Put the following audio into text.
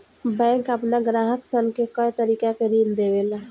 bank आपना ग्राहक सन के कए तरीका के ऋण देवेला